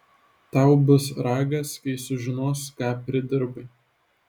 tau bus ragas kai sužinos ką pridirbai